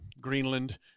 Greenland